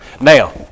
Now